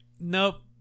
nope